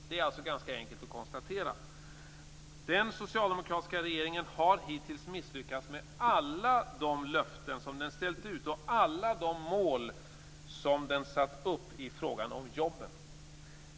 Det är alltså ganska enkelt att konstatera att den socialdemokratiska regeringen hittills har misslyckats med alla de löften som den ställt ut och alla de mål som den satt upp i frågan om jobben.